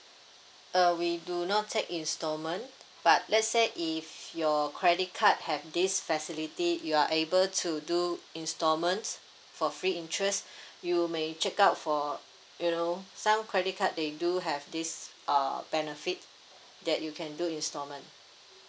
uh we do not take installment but let's say if your credit card have this facility you are able to do instalments for free interest you may check out for you know some credit card they do have this uh benefits that you can do instalment